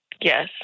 Yes